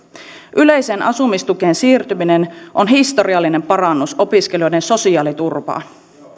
yleiseen asumistukeen siirtyminen on historiallinen parannus opiskelijoiden sosiaaliturvaan